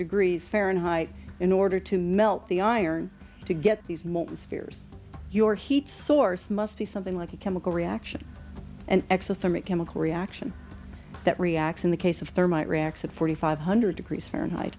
degrees fahrenheit in order to melt the iron to get these motors fears your heat source must be something like a chemical reaction and exit from a chemical reaction that reacts in the case of thermite reacts at forty five hundred degrees fahrenheit